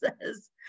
says